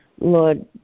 Lord